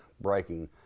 breaking